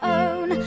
own